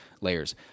Layers